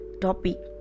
topic